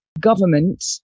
government